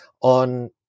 on